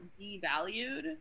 devalued